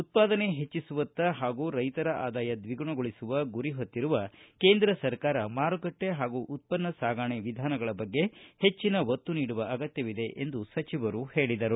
ಉತ್ಪಾದನೆ ಹೆಚ್ಚಿಸುವತ್ತ ಹಾಗೂ ರೈತರ ಆದಾಯ ದ್ವಿಗುಣಗೊಳಿಸುವ ಗುರಿ ಹೊತ್ತಿರುವ ಕೇಂದ್ರ ಸರ್ಕಾರ ಮಾರುಕಟ್ಟೆ ಹಾಗೂ ಉತ್ಪನ್ನ ಸಾಗಾಣೆ ವಿಧಾನಗಳ ಬಗ್ಗೆ ಹೆಚ್ಚಿನ ಒತ್ತು ನೀಡುವ ಅಗತ್ಯವಿದೆ ಎಂದು ಸಚಿವರು ಹೇಳಿದರು